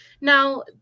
Now